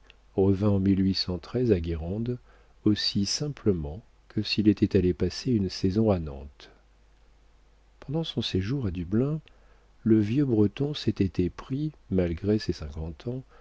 guérande aussi simplement que s'il était allé passer une saison à nantes pendant son séjour à dublin le vieux breton s'était épris malgré ses cinquante ans